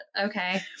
okay